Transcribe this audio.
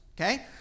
okay